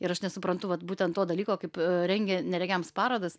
ir aš nesuprantu vat būtent to dalyko kaip rengia neregiams parodas